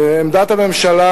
עמדת הממשלה: